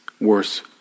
worse